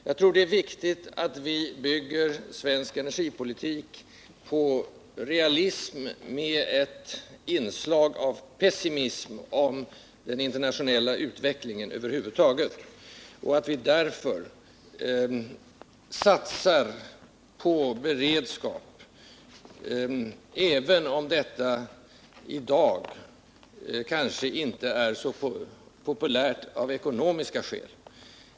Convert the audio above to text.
Jag tror att det är viktigt att vi bygger svensk energipolitik på realism — och det innebär tyvärr också ett inslag av pessimism om den internationella utvecklingen över huvud taget — och att vi därför satsar på beredskap, även om detta i dag kanske inte är så populärt, av ekonomiska skäl.